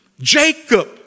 Jacob